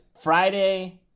Friday